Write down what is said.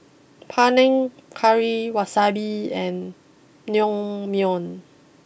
Panang Curry Wasabi and Naengmyeon